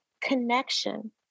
connection